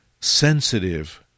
sensitive